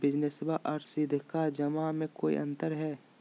निबेसबा आर सीधका जमा मे कोइ अंतर हय?